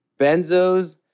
benzos